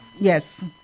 Yes